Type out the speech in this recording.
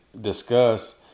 discuss